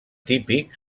típic